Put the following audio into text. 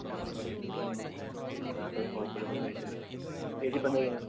നമ്മൾ ഇവിടെയൊക്കെ തന്നെയുണ്ട് ക്ലാസൊന്നും കുഴപ്പമില്ല സുഖമായിട്ട് ചേച്ചി ഇപ്പം എന്താ ചെയ്യുന്നത്